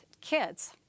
kids